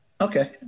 Okay